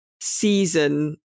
season